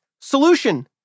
solution